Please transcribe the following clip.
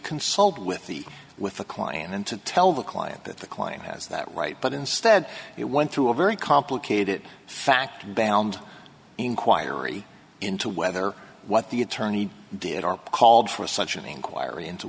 consult with the with the client and to tell the client that the client has that right but instead it went through a very complicated fact and beyond inquiry into whether what the attorney did are called for such an inquiry into